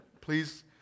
please